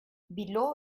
bilo